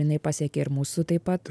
jinai pasiekė ir mūsų taip pat